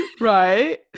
Right